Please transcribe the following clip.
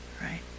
right